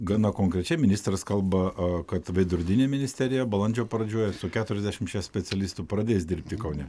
gana konkrečiai ministras kalba a kad veidrodinė ministerija balandžio pradžioj su keturiasdešimčia specialistų pradės dirbti kaune